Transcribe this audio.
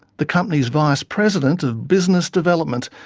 the company's vice-president of business development,